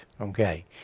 okay